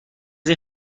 این